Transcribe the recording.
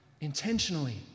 intentionally